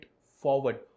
forward